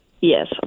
Yes